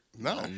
No